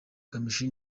kamichi